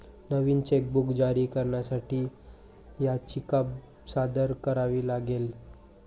नवीन chequebook जारी करण्यासाठी याचिका सादर करावी लागेल